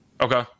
Okay